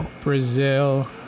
Brazil